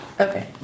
okay